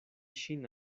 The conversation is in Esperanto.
ŝin